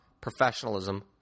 professionalism